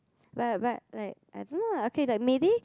but but like I don't know lah okay like maybe